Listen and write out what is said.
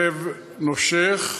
כלב נושך,